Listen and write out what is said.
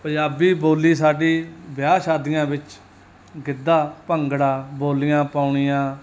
ਪੰਜਾਬੀ ਬੋਲੀ ਸਾਡੀ ਵਿਆਹ ਸ਼ਾਦੀਆਂ ਵਿੱਚ ਗਿੱਧਾ ਭੰਗੜਾ ਬੋਲੀਆਂ ਪਾਉਣੀਆਂ